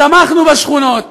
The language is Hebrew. צמחנו בשכונות,